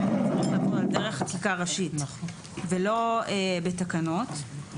--- על דרך חקיקה ראשית ולא בתקנות.